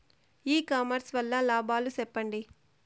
ఇ commerce వల్ల లాభాలు సెప్పండి?